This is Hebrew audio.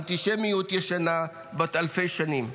אנטישמיות ישנה בת אלפי שנים.